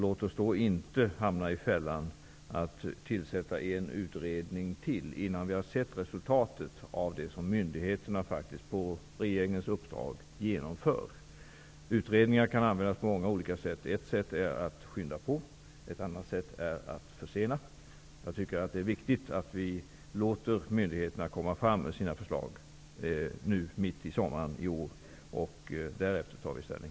Låt oss då inte hamna i den fällan att vi tillsätter en utredning till, innan vi har sett resultatet av den utredning som myndigheterna faktiskt på regeringens uppdrag genomför. Utredningar kan användas på många olika sätt. Ett är att skynda på, ett annat att försena. Det är viktigt att vi låter myndigheterna utarbeta sina förslag i sommar. Därefter tar vi ställning.